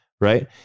Right